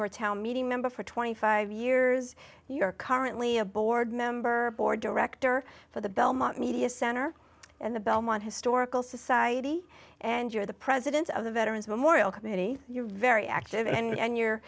your town meeting member for twenty five years you're currently a board member board director for the belmont media center and the belmont historical society and you're the president of the veterans memorial committee you're very active and you're